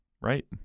right